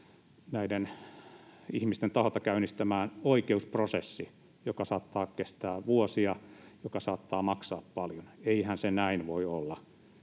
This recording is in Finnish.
näiden ihmisten taholta käynnistämään oikeusprosessi, joka saattaa kestää vuosia ja joka saattaa maksaa paljon. Eihän se näin voi olla.